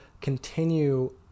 continue